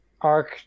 arc